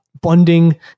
bonding